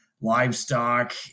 livestock